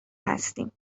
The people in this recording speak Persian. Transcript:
هستیم